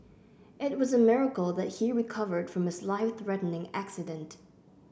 it was a miracle that he recovered from his life threatening accident